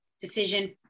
decision